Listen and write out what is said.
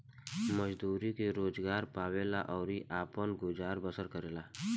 मजदूरी के रोजगार पावेले अउरी आपन गुजर बसर करेले